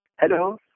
Hello